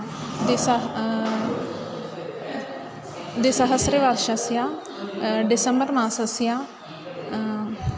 द्विसह् द्विसहस्रवर्षस्य डिसेम्बर् मासस्य